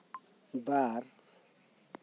ᱵᱟᱨ